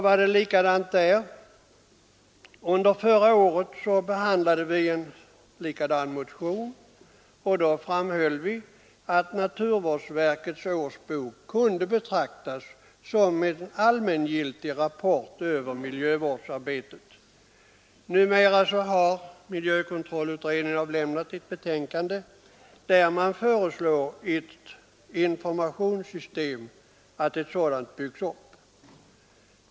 Vi behandlade förra året en motion av samma innebörd, och då framhöll vi att naturvårdsverkets årsbok kunde betraktas som en allmängiltig rapport över miljövårdsarbetet. Numera har miljökontrollutredningen avlämnat sitt betänkande, där det föreslås att ett informationssystem skall byggas upp.